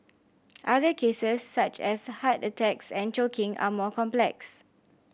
other cases such as heart attacks and choking are more complex